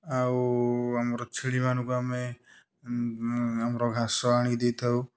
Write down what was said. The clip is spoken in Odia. ଆଉ ଆମର ଛେଳି ମାନଙ୍କୁ ଆମେ ଆମର ଘାସ ଆଣିକି ଦେଇଥାଉ